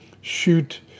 shoot